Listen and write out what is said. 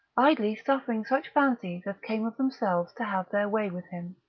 idly suffering such fancies as came of themselves to have their way with him.